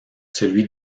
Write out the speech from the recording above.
celui